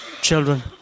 children